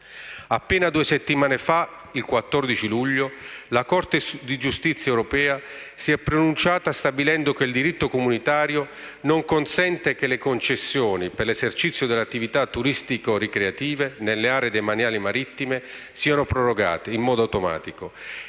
Appena due settimane fa, il 14 luglio, la Corte di giustizia europea si è pronunciata stabilendo che il diritto comunitario non consente che le concessioni per l'esercizio delle attività turistico-ricreative nelle aree demaniali marittime siano prorogate in modo automatico,